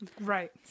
Right